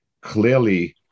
clearly